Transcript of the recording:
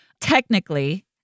Technically